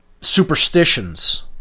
superstitions